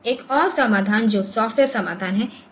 एक और समाधान जो सॉफ्टवेयर समाधान है